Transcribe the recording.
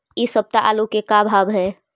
इ सप्ताह आलू के का भाव है?